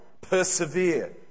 persevere